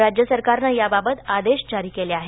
राज्य सरकारनं याबाबत आदेश जारी केले आहेत